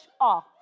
off